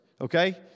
okay